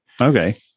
Okay